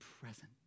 present